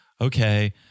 Okay